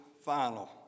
final